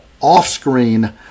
off-screen